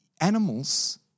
animals